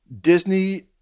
Disney